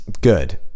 good